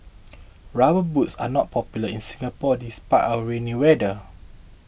rubber boots are not popular in Singapore despite our rainy weather